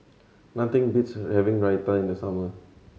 nothing beats having Raita in the summer